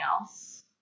else